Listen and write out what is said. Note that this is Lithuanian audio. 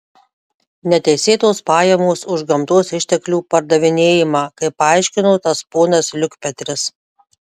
neteisėtos pajamos už gamtos išteklių pardavinėjimą kaip paaiškino tas ponas liukpetris